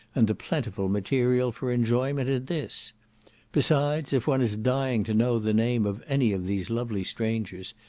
and the plentiful material for enjoyment in this besides, if one is dying to know the name of any of these lovely strangers,